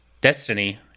destiny